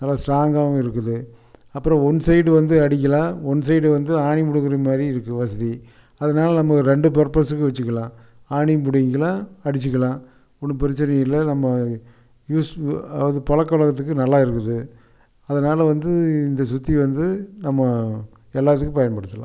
நல்லா ஸ்ட்ராங்காவும் இருக்குது அப்புறம் ஒன் சைட் வந்து அடிக்கலாம் ஒன் சைட் வந்து ஆணி பிடுங்குற மாதிரி இருக்கு வசதி அதனால நமக்கு ரெண்டு பர்பஸுக்கு வெச்சுக்கலாம் ஆணியும் பிடிங்கிக்கலாம் அடிச்சுக்கலாம் ஒன்றும் பிரச்சனை இல்லை நம்ம யூஸ் அதாவது பழக்கவழக்கத்துக்கு நல்லா இருக்குது அதனால் வந்து இந்த சுத்தி வந்து நம்ம எல்லாத்துக்கும் பயன்படுத்தலாம்